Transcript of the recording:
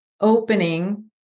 opening